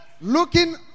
looking